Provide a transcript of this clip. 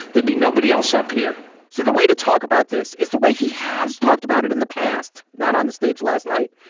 there'd be nobody else up here so the way to talk about this is the way he has talked about it in the past, not on the stage last night.